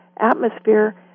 atmosphere